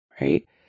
right